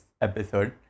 episode